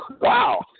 Wow